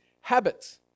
habits